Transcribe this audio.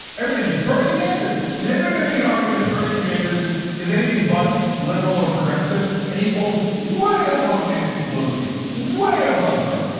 everybody knows. bernie sanders, is anybody going make an argument that bernie sanders is anything but liberal or progressive and he pulls way above nancy pelosi, way above her.